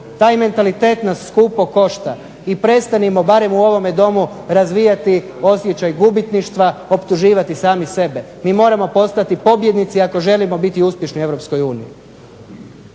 Taj mentalitet nas skupo košta i prestanimo barem u ovome Domu razvijati osjećaj gubitništva, optuživati sami sebe. Mi moramo postati pobjednici ako želimo biti uspješni u